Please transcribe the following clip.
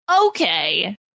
Okay